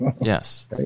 Yes